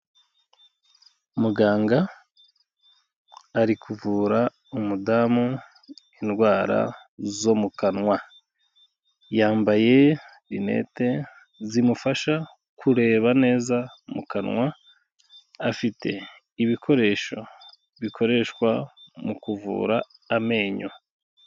Muganga ari kuvura umudamu indwara zo mu kanwa, yambaye linete zimufasha kureba neza mu kanwa, afite ibikoresho bikoreshwa mu kuvura amenyo.